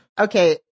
okay